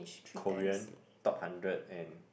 Korean top hundred and